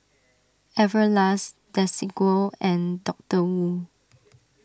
Everlast Desigual and Doctor Wu